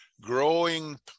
growing